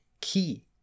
key